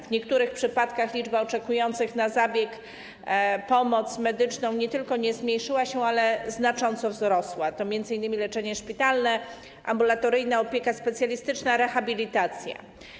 W niektórych przypadkach liczba oczekujących na zabieg, pomoc medyczną nie tylko nie zmniejszyła się, ale znacząco wzrosła, to między innymi leczenie szpitalne, ambulatoryjne, opieka specjalistyczna, rehabilitacja.